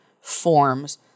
forms